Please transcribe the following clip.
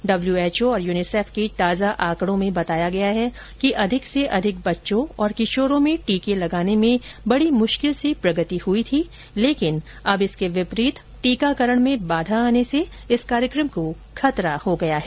विश्व स्वास्थ्य संगठन और युनिसेफ के ताजा आकड़ों में बताया गया है कि अधिक से अधिक बच्चों और किशोरों में टीके लगाने में बड़ी मुश्किल से प्रगति हुई थी लेकिन अब इसके विपरीत टीकाकरण में बाधा आने से इस कार्यक्रम को खतरा हो गया है